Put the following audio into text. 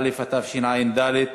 7, אין נמנעים, אין מתנגדים.